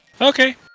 Okay